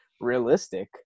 realistic